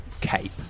cape